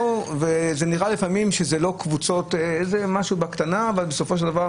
וזה נראה לפעמים שזה לא קבוצות אבל בסופו של דבר,